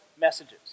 messages